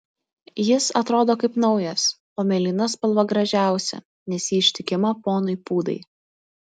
jis atrodo kaip naujas o mėlyna spalva gražiausia nes ji ištikima ponui pūdai